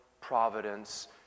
providence